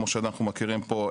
כמו שאנחנו מכירים פה,